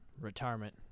retirement